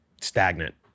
stagnant